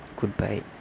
Goodbye